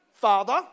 father